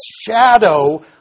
shadow